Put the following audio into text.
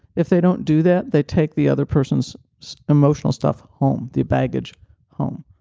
if they don't do that, they take the other person's emotional stuff home, the baggage home.